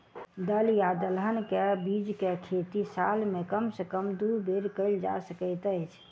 दल या दलहन केँ के बीज केँ खेती साल मे कम सँ कम दु बेर कैल जाय सकैत अछि?